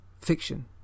fiction